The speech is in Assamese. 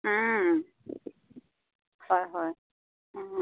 হয় হয়